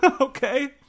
Okay